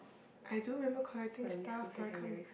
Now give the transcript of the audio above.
I do remember collecting stuff but I can't